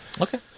Okay